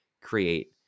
create